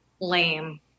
lame